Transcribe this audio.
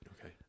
okay